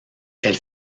elle